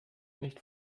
nicht